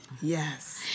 Yes